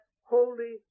holy